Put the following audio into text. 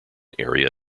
area